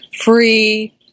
free